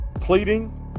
pleading